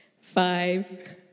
five